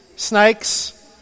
Snakes